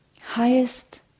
highest